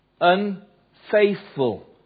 unfaithful